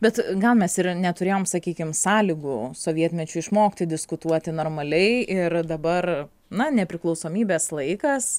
bet gal mes ir neturėjom sakykim sąlygų sovietmečiu išmokti diskutuoti normaliai ir dabar na nepriklausomybės laikas